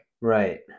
right